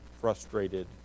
frustrated